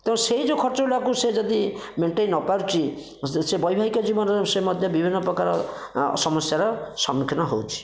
ତେଣୁ ସେ ଯେଉଁ ଖର୍ଚ୍ଚଟାକୁ ସେ ଯଦି ମେଣ୍ଟେଇ ନପାରୁଛି ସେ ସେ ବୈବାହିକ ଜୀବନରେ ସେ ମଧ୍ୟ ବିଭିନ୍ନ ପ୍ରକାରର ସମସ୍ୟାର ସମ୍ମୁଖୀନ ହେଉଛି